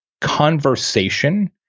conversation